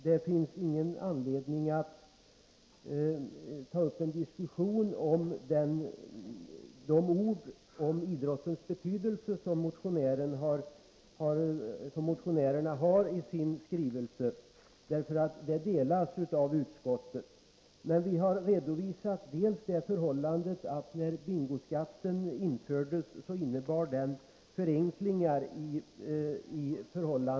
Det finns ingen anledning att ta upp en diskussion om den uppfattning om idrottens betydelse som framförs i motionen — den delas av utskottet. Vi har i betänkandet redovisat att införandet av bingoskatten innebar förenklingar.